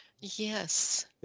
yes